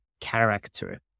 character